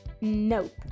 Nope